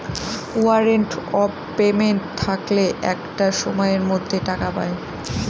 warrant of payment থাকলে একটা সময়ের মধ্যে টাকা পায়